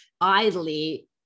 idly